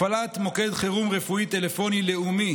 הפעלת מוקד חירום רפואי טלפוני לאומי